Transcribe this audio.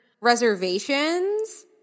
reservations